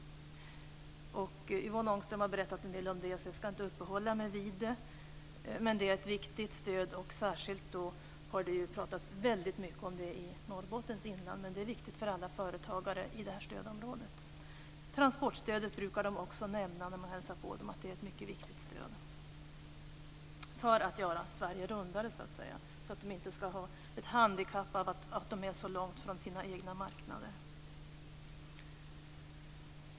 Yvonne Ångström har berättat en del om det, så jag ska inte uppehålla mig vid det. Det är ett viktigt stöd. Det har pratats särskilt mycket om det i Norrbottens inland, men det är viktigt för alla företagare i stödområdet. När man hälsar på dem brukar de också nämna att transportstödet är ett mycket viktigt stöd för att göra Sverige rundare så att de inte ska ha ett handikapp av att de är så långt från sina marknader.